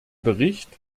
bericht